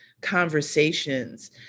conversations